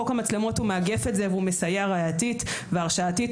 חוק המצלמות הוא מאגף את זה והוא מסייע ראייתית והרשעתית,